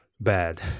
Bad